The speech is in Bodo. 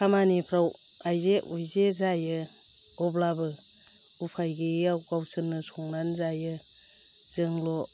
खामानिफ्राव आइजे उइजे जायो अब्लाबो उफाय गोयैयाव गावसोरनो संनानै जायो जोंंल'